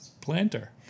planter